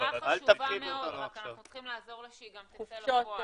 -- אמירה חשובה מאוד רק אנחנו צריכים לעזור לה שהיא גם תצא לפועל.